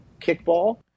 Kickball